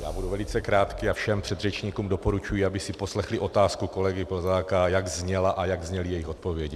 Já budu velice krátký a všem předřečníkům doporučuji, aby si poslechli otázku kolegy Plzáka, jak zněla a jak zněly odpovědi na ni.